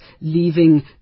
leaving